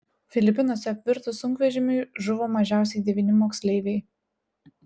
filipinuose apvirtus sunkvežimiui žuvo mažiausiai devyni moksleiviai